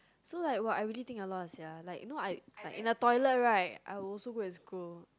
so like !wah! I really think a lot sia like you know I like in the toilet right I will also go and scroll